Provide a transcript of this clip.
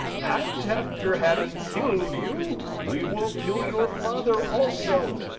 and after having killed you, we will kill your father also.